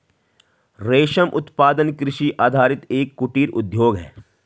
रेशम उत्पादन कृषि आधारित एक कुटीर उद्योग है